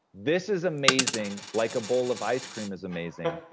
this is amazing like a bowl of ice cream is amazing,